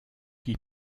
qui